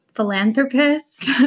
Philanthropist